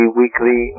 weekly